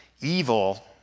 Evil